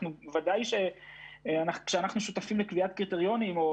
בוודאי שכאנחנו שותפים לקביעת קריטריונים אז